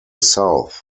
south